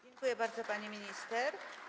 Dziękuję bardzo, pani minister.